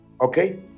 okay